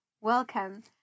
Welcome